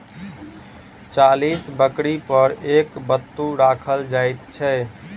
चालीस बकरी पर एक बत्तू राखल जाइत छै